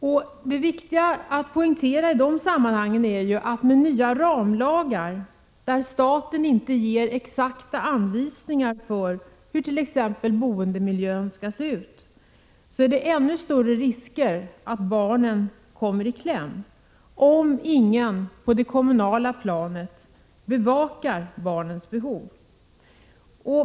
I det sammanhanget måste jag poängtera att med de nya ramlagarna, där staten inte ger exakta anvisningar för hur t.ex. boendemiljön skall vara utformad, blir risken ännu större för att barnen kommer i kläm, om ingen på det kommunala planet bevakar barnens behov.